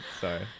sorry